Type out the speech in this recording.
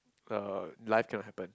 uh life cannot happen